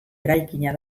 eraikina